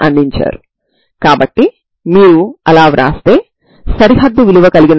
అదేవిధంగా మీరు λ0 కోసం ప్రయత్నించవచ్చు